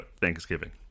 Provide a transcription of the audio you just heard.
Thanksgiving